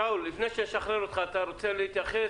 שאול, לפני שאשחרר אותך, אתה רוצה להתייחס?